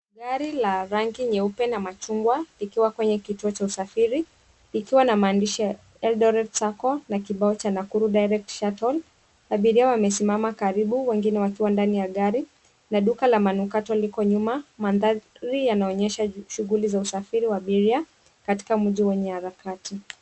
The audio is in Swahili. Gari la rangi nyeupe na machungwa likiwa kwenye kituo cha usafiri likiwa na maandishi ya Eldoret Sacco na kibao cha nakuru city direct shuttle . Watu wamesimama karibu wengine wakiwa ndani ya gari na duka la manukato liko nyumba. Mandhari yanaonyesha shughuli za usafiri wa abiria katika mji wenye harakati.